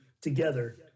together